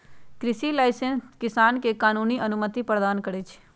कृषि लाइसेंस किसान के कानूनी अनुमति प्रदान करै छै